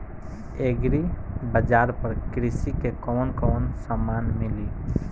Agri बाजार पर कृषि के कवन कवन समान मिली?